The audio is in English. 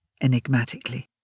enigmatically